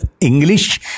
English